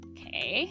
Okay